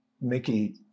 Mickey